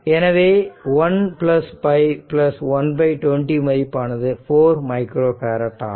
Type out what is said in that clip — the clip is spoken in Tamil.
எனவே 15 120 மதிப்பானது 4 மைக்ரோ பேரட் ஆகும்